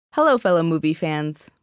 hello, fellow movie fans.